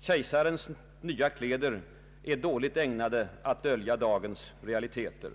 Kejsarens nya kläder är dåligt ägnade att dölja dagens realiteter.